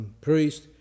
priest